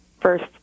first